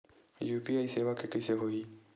UPI सेवा के कइसे होही?